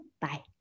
Bye